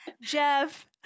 jeff